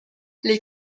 les